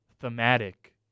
thematic